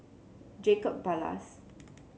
Jacob Ballas